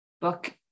book